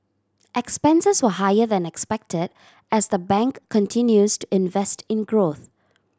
expenses were higher than expected as the bank continues to invest in growth